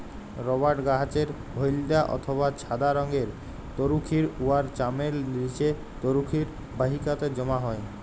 রবাট গাহাচের হইলদ্যা অথবা ছাদা রংয়ের তরুখির উয়ার চামের লিচে তরুখির বাহিকাতে জ্যমা হ্যয়